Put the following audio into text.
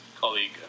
colleague